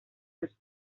los